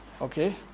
okay